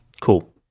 Cool